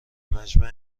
مجمع